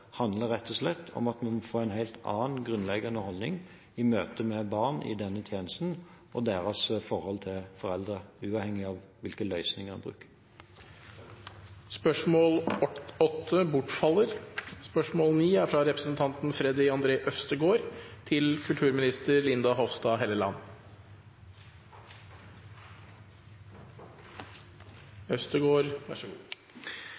rett og slett handler om at man må få en helt annen grunnleggende holdning i møte med barn i denne tjenesten og deres forhold til foreldre – uavhengig av hvilke løsninger man bruker. Dette spørsmålet bortfaller.